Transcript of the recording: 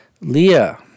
Leah